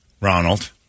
ronald